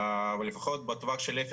ולפחות בטווח של 0,